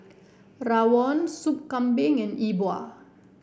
Rawon Sup Kambing and E Bua